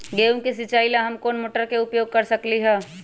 गेंहू के सिचाई ला हम कोंन मोटर के उपयोग कर सकली ह?